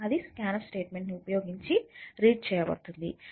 అది scanf statement ని ఉపయోగించి రీడ్ చేయబడుతుంది